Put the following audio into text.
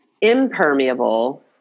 impermeable